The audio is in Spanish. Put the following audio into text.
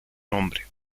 nombre